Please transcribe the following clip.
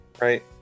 right